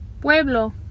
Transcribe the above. pueblo